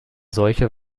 solche